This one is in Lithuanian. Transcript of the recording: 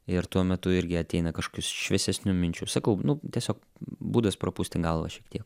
ir tuo metu irgi ateina kašokių šviesesnių minčių sakau nu tiesiog būdas prapūsti galvą šiek tiek